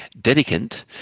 Dedicant